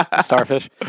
Starfish